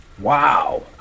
Wow